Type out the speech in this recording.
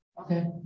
Okay